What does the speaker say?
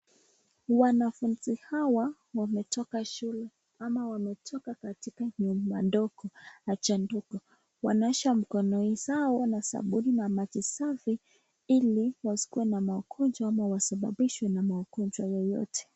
Wanafunzi hawa wanatoka shule, ama wametoka katika nyumba ndogo, haja ndogo. Wanaosha mkono zao na sabuni na maji safi Ili wasikuwe na magonjwa ama wasababishwe na magonjwa yeyote.